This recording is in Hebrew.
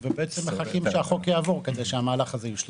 ומחכים שהחוק יעבור כדי שהמהלך הזה יושלם.